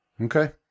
Okay